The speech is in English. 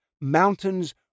mountains